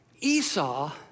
Esau